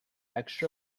extra